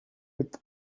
with